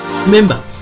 remember